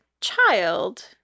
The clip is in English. child